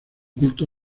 culto